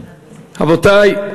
רבותי,